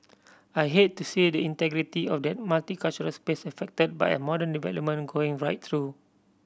I'd hate to see the integrity of that multicultural space affected by a modern development going right through